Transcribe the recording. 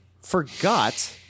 forgot